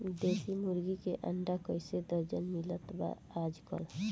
देशी मुर्गी के अंडा कइसे दर्जन मिलत बा आज कल?